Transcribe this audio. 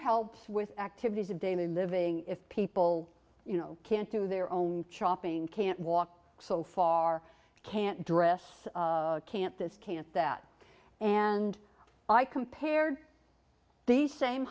helps with activities of daily living if people you know can't do their own chopping can't walk so far can't dress can't this can't that and i compared these same